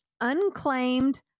unclaimed